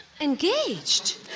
Engaged